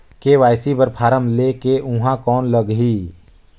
KYC बर form ले के ऊहां कौन लगही?